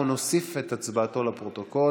אנחנו נוסיף את הצבעתו לפרוטוקול,